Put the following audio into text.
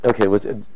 Okay